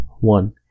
one